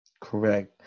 Correct